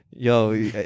Yo